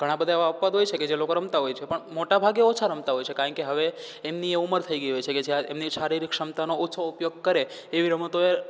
ઘણાં બધાં એવાં અપવાદો હોય છે કે જે લોકો રમતા હોય છે પણ મોટા ભાગે ઓછા રમતાં હોય છે કારણ કે હવે એમની એ ઉમર થઈ ગઈ હોય છે કે જે શારીરિક ક્ષમતાનો ઓછો ઉપયોગ કરે એવી રમતો એ